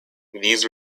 these